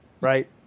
right